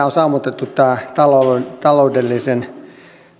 on sammutettu tämä taloudellisen